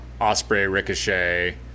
Osprey-Ricochet